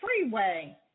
freeway